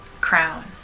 crown